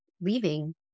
leaving